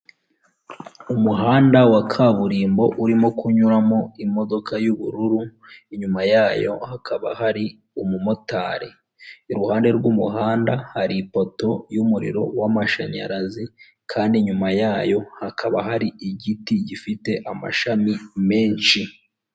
Umuhanda wa kaburimbo urimo kunyuramo imodoka y'ubururu inyuma yayo hakaba hari umumotari, iruhande rw'umuhanda hari ipoto y'umuriro w'amashanyarazi kandi inyuma yayo hakaba hari igiti gifite amashami menshi.